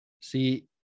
See